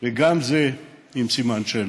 וגם זה עם סימן שאלה.